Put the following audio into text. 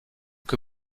que